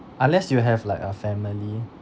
unless you have like a family